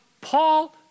Paul